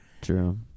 True